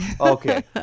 okay